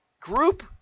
group